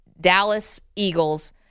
Dallas-Eagles